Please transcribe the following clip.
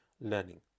learning